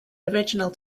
original